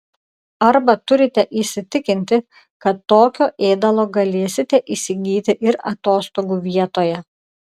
arba turite įsitikinti kad tokio ėdalo galėsite įsigyti ir atostogų vietoje